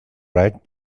riot